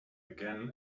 again